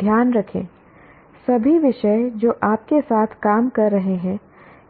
ध्यान रखें सभी विषय जो आप के साथ काम कर रहे हैं